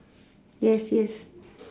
yes yes